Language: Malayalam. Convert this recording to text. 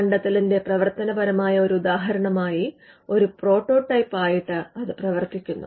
കണ്ടത്തെലിന്റെ പ്രവർത്തനപരമായ ഒരു ഉദാഹരണമായി ഒരു പ്രോട്ടോടൈപ്പ് ആയിട്ട് പ്രവർത്തിക്കുന്നു